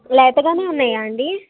లేతగానే ఉన్నాయాండి